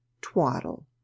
twaddle